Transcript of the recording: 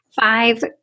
five